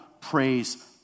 praise